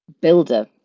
builder